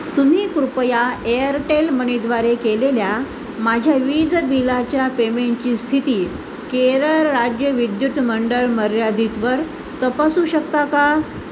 तुम्ही कृपया एअरटेल मनीद्वारे केलेल्या माझ्या वीज बिलाच्या पेमेंटची स्थिती केरळ राज्य विद्युत मंडळ मर्यादितवर तपासू शकता का